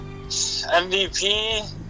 MVP